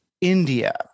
India